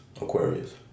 Aquarius